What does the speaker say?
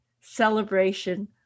celebration